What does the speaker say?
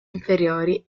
inferiori